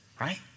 right